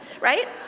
right